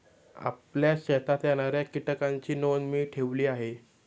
आपल्या शेतात येणाऱ्या कीटकांची नोंद मी ठेवली आहे